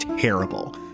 Terrible